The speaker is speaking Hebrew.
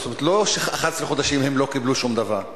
לא ש-11 חודשים הם לא קיבלו שום דבר,